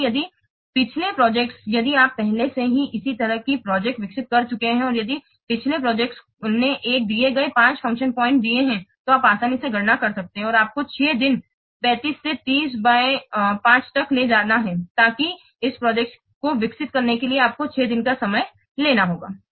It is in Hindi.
इसलिए यदि पिछली प्रोजेक्ट्स यदि आप पहले से ही इसी तरह की प्रोजेक्ट्स विकसित कर चुके हैं और यदि पिछली प्रोजेक्ट्स ने एक दिन के लिए 5 फंक्शन पॉइंट दिए हैं तो आप आसानी से गणना कर सकते हैं कि आपको 6 दिन 35 से 30 बाय 5 तक ले जाना है ताकि इस प्रोजेक्ट्स को विकसित करने के लिए आपको 6 दिन का समय लेना होगा